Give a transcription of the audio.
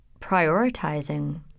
prioritizing